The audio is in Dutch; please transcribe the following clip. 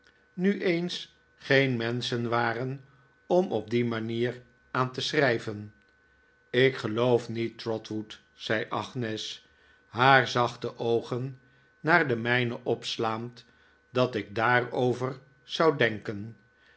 nu eens geen menschen waren om op die manier aan te schrijven ik geloof niet trotwood zei agnes haar zachte oogen naar de mijne opslaand dat ik daarover zou denken